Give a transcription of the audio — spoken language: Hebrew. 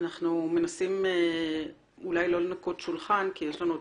אנחנו מנסים אולי לא לנקות שולחן כי יש לנו עוד